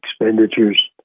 expenditures